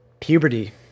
puberty